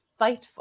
Fightful